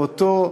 באותו,